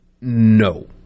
No